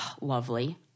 Lovely